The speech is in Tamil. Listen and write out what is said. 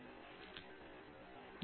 ரஞ்சித் ஆமாம்